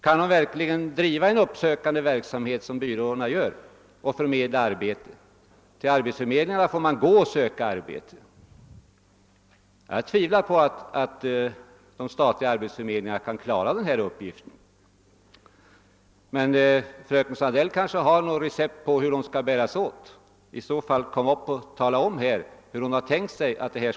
Kan de verkligen driva en uppsökande verksamhet som byråerna gör och förmedla arbete? Till arbetsförmedlingarna måste man gå och söka arbete. Jag tvivlar på att de statliga arbetsförmedlingarna kan klara denna uppgift. Fröken Sandell kanske har något recept på hur man skall bära sig åt. Kom i så fall upp här och tala om detta.